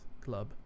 Club